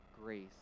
grace